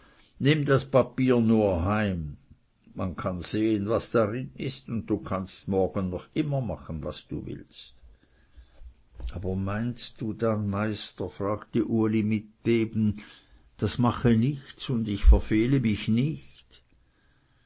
nimm das papier nur heim man kann sehen was darin ist und du kannst morgen noch immer machen was du willst aber meinst dann meister fragte uli mit beben das mache nichts und ich verfehle mich nicht